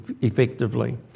effectively